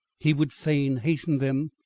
he would fain hasten them,